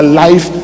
life